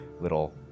little